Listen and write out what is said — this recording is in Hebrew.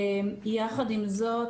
יחד עם זאת,